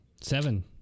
seven